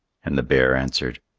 and the bear answered,